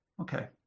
okay